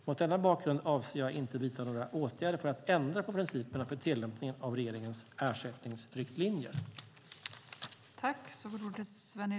Mot denna bakgrund avser jag inte att vidta några åtgärder för att ändra på principerna för tillämpningen av regeringens ersättningsriktlinjer.